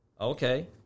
Okay